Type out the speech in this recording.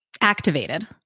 activated